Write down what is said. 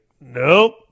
nope